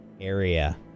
area